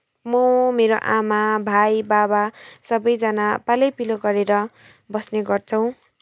म मेरो आमा भाइ बाबा सबैजना पालैपिलो गरेर बस्ने गर्छौँ